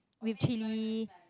with chili